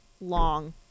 long